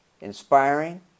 inspiring